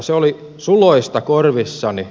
se oli suloista korvissani